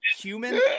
human